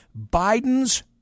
biden's